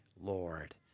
Lord